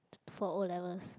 for O-levels